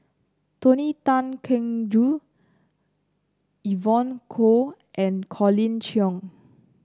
Tony Tan Keng Joo Evon Kow and Colin Cheong